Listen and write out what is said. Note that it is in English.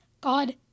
god